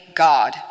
God